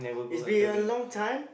is been a long time